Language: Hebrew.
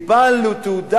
קיבלנו תעודה,